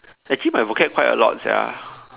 actually my vocab quite a lot sia